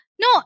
No